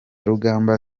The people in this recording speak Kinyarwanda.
rugamba